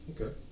okay